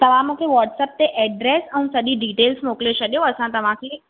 तव्हां मूंखे व्हॉट्सप ते ऐड्रेस ऐं सॼी डिटेल्स मोकिले छॾियो असां तव्हांखे